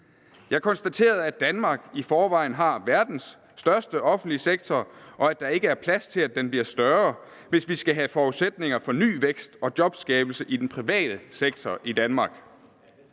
Jeg konstaterede, at Danmark i forvejen har verdens største offentlige sektor, og at der ikke er plads til, at den bliver større, hvis vi skal have forudsætninger for ny vækst og jobskabelse i den private sektor i Danmark.